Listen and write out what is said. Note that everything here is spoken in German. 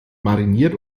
mariniert